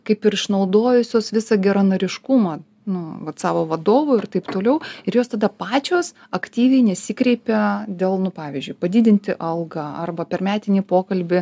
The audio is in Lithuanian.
kaip ir išnaudojusios visą geranoriškumą nu vat savo vadovų ir taip toliau ir jos tada pačios aktyviai nesikreipia dėl nu pavyzdžiui padidinti algą arba per metinį pokalbį